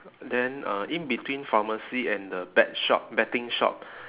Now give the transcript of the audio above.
then uh in between pharmacy and the bet shop betting shop